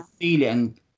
feeling